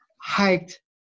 hiked